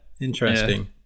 interesting